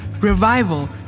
revival